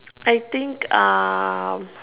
I think uh